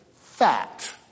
fact